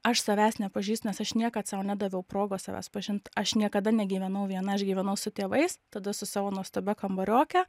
aš savęs nepažįstu nes aš niekad sau nedaviau progos savęs pažint aš niekada negyvenau viena aš gyvenau su tėvais tada su savo nuostabia kambarioke